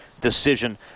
decision